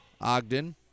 Ogden